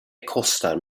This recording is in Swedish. kostar